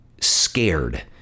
scared